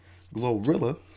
Glorilla